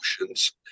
emotions